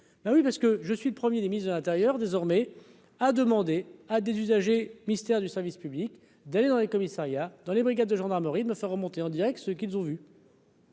oui, parce que je suis le 1er ministre de l'Intérieur désormais à demander à des usagers mystère du service public d'aller dans les commissariats, dans les brigades de gendarmerie de me faire remonter en Direct ce qu'ils ont vu.